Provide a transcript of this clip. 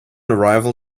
arrival